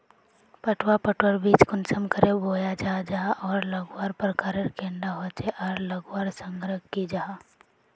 पटवा पटवार बीज कुंसम करे बोया जाहा जाहा आर लगवार प्रकारेर कैडा होचे आर लगवार संगकर की जाहा?